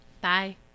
bye